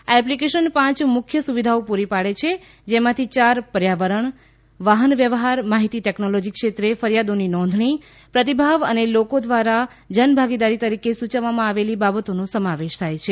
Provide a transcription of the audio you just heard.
આ એપ્લિકેશન પાંચ મુખ્ય સુવિધાઓ પૂરી પાડે છે જેમાંથી ચાર પર્યાવરણ વાહન વ્યવહાર અને માહિતી ટેક્નોલોજી ક્ષેત્રે ફરિયાદોની નોંધણી પ્રતિભાવ અને લોકો દ્વારા જન ભાગીદરી તરીકે સૂચવવામાં આવેલી બાબતોનો સમાવેશ થાય છે